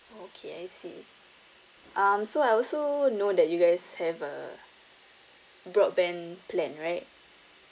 okay I see um so I also know that you guys have a broadband plan right